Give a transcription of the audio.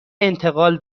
انتقال